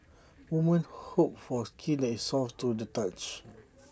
women hope for skin that is soft to the touch